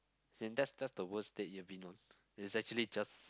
in that's that's the worst date you've been on is actually just